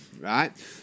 right